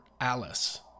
Alice